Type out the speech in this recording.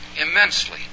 immensely